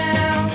now